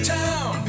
town